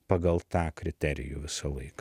pagal tą kriterijų visąlaik